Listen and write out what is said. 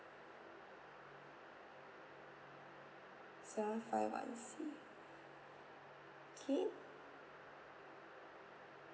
seven five one C okay